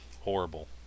Horrible